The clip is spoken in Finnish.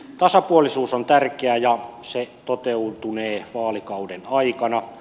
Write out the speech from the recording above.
tasapuolisuus on tärkeää ja se toteutunee vaalikauden aikana